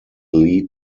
lead